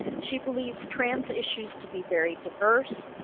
she believes trans issues to be very diverse,